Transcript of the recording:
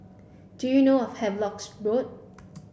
do you know a Havelock's Road